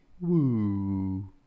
Woo